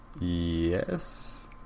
Yes